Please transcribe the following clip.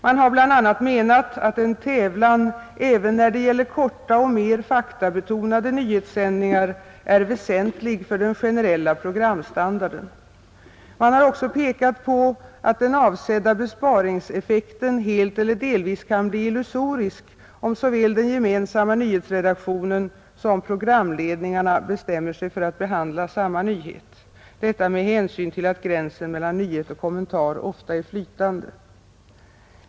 Man har bl.a. menat att en tävlan även när det gäller korta och mer faktabetonade nyhetssändningar är väsentlig för den generella programstandarden. Man har också pekat på att den avsedda besparingseffekten helt eller delvis kan bli illusorisk om såväl den gemensamma nyhetsredaktionen som programledningarna bestämmer sig för att behandla samma nyhet. Detta med hänsyn till att gränsen mellan nyhet och kommentar ofta är flytande.